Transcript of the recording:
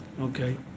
Okay